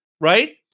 Right